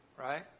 Right